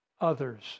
others